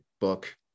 book